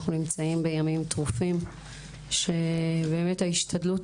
אנחנו נמצאים בימים טרופים שבאמת ההשתדלות